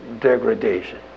degradation